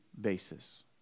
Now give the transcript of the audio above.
basis